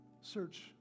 Search